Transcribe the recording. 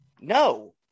no